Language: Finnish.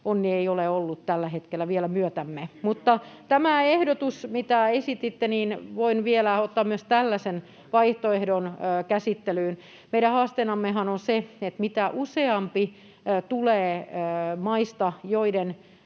onni ei ole ollut tällä hetkellä vielä myötämme. Mutta myös tämän ehdotuksen, mitä esititte, tällaisen vaihtoehdon, voin vielä ottaa käsittelyyn. Meidän haasteenammehan on se, että mitä useampi tulee maista, joista